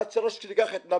עד שהראש שלי התנפח,